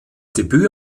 debüt